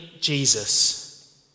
Jesus